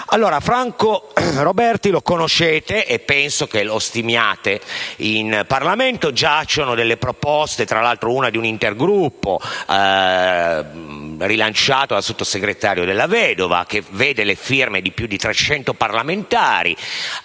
Franco Roberti lo conoscete e penso che lo stimiate. In Parlamento giacciono varie proposte, una, tra l'altro, dell'intergruppo rilanciata dal sottosegretario Della Vedova, che vede la firma di più di 300 parlamentari.